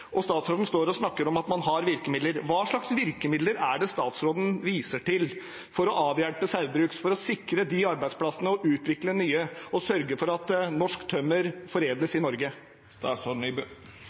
Statsråden står og snakker om at man har virkemidler. Hva slags virkemidler er det statsråden viser til for å avhjelpe Saugbrugs, for å sikre disse arbeidsplassene, utvikle nye og sørge for at norsk tømmer foredles